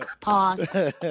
Pause